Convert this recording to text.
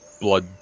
blood